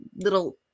little